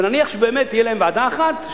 ונניח שבאמת תהיה להם ועדה אחת,